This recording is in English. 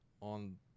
on